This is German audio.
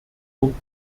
punkt